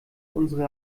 unsere